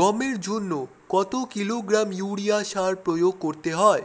গমের জন্য কত কিলোগ্রাম ইউরিয়া সার প্রয়োগ করতে হয়?